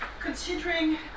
Considering